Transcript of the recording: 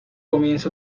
comienza